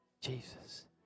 Jesus